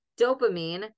dopamine